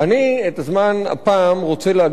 אני את הזמן הפעם רוצה להקדיש,